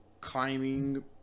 climbing